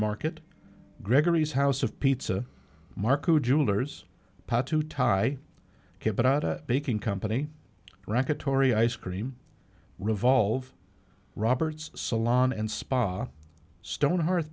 market gregory's house of pizza marco jewelers pa to tie baking company rocket tori ice cream revolve roberts salon and spa stoneheart